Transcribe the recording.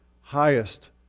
highest